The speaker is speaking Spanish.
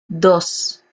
dos